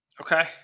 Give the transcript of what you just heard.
Okay